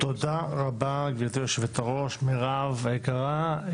תודה רבה גברתי יו"ר מירב היקרה,